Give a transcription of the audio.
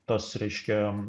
tas reiškia